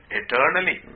eternally